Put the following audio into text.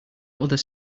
other